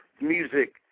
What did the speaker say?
music